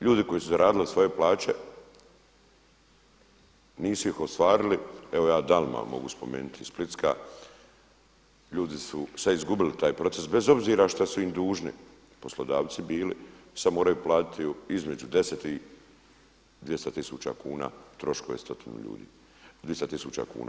Ljudi koji su zaradili svoje plaće, nisu ih ostvarili, evo ja … mogu spomenuti splitska, ljudi su sad izgubili taj proces bez obzira šta su im dužni poslodavci bili sada moraju platiti između 10 i 200 tisuća kuna troškove stotinu ljudi, 200 tisuća kuna.